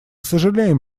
сожалеем